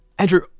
Andrew